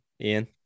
Ian